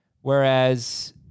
Whereas